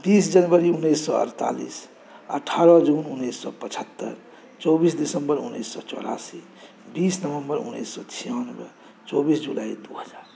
तीस जनवरी उन्नैस सए अड़तालीस अठारह जून उन्नैस सए पचहत्तरि चौबीस दिसम्बर उन्नैस सए चौरासी बीस नवम्बर उन्नैस सए छियानबे चौबीस जुलाइ दू हजार